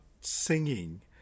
singing